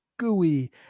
gooey